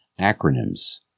Acronyms